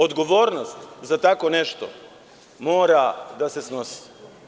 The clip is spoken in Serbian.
Odgovornost za tako nešto mora da se snosi.